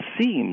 seems